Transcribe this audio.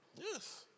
Yes